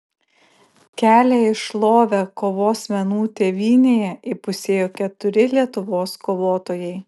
kelią į šlovę kovos menų tėvynėje įpusėjo keturi lietuvos kovotojai